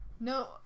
No